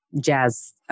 jazz